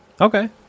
Okay